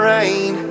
Rain